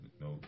no